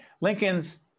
Lincoln's